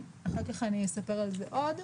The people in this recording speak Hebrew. אחר כך אני אספר על זה עוד.